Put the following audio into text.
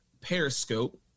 Periscope